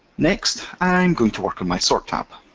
next i'm going to work on my sort tab.